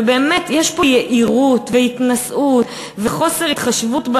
ובאמת יש פה יהירות והתנשאות וחוסר התחשבות,